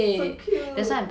so cute